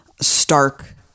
stark